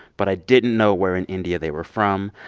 but i didn't know where in india they were from.